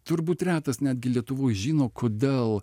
turbūt retas netgi lietuvoj žino kodėl